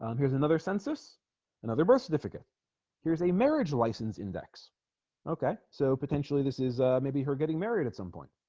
um here's another census another birth certificate here's a marriage license index okay so potentially this is maybe her getting married at some point